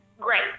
great